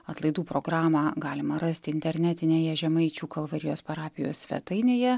atlaidų programą galima rasti internetinėje žemaičių kalvarijos parapijos svetainėje